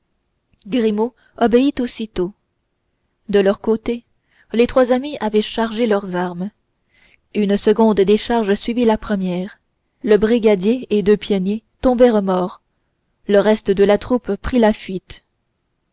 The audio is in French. grimaud obéit aussitôt de leur côté les trois amis avaient chargé leurs armes une seconde décharge suivit la première le brigadier et deux pionniers tombèrent morts le reste de la troupe prit la fuite